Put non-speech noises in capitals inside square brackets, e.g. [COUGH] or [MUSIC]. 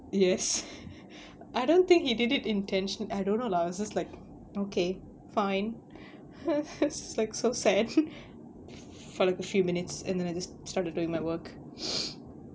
yes [LAUGHS] I don't think he did it intention~ I don't know lah I was just like okay fine [LAUGHS] was just like so sad for like a few minutes and then I just started doing my work [NOISE]